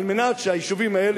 על מנת שהיישובים האלה,